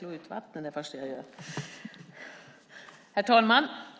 Herr talman!